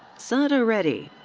saada redi.